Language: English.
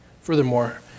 Furthermore